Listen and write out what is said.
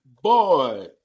Boy